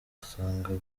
asanga